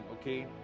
okay